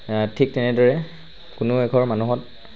ঠিক তেনেদৰে কোনো এঘৰ মানুহত